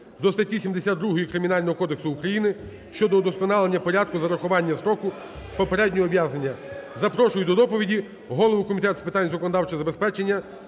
до статті 72 Кримінального кодексу України щодо удосконалення порядку зарахування строку попереднього ув'язнення. Запрошую до доповіді голову Комітету з питань законодавчого забезпечення